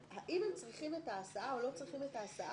האם הם צריכים את ההסעה או לא צריכים את ההסעה?